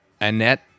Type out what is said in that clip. Annette